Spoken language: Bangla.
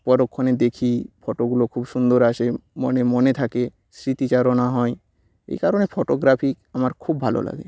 পরক্ষণে দেখি ফটোগুলো খুব সুন্দর আসে মনে মনে থাকে স্মৃতি চারণা হয় এ কারণে ফটোগ্রাফি আমার খুব ভালো লাগে